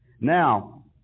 Now